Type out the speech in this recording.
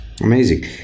Amazing